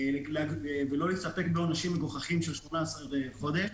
ולא להסתפק בעונשים מגוחכים של 18 חודשים.